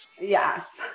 Yes